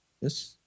Yes